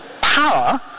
power